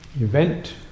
event